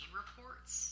reports